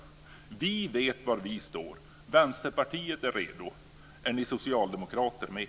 Vi vet var vi står. Vänsterpartiet är redo. Är ni socialdemokrater med?